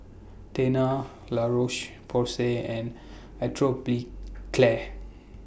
Tena La Roche Porsay and Atopiclair